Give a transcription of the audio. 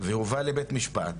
והובא לבית משפט,